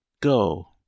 Go